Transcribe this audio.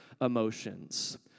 emotions